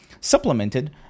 supplemented